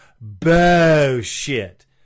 bullshit